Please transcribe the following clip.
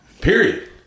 Period